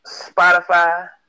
Spotify